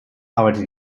arbeitete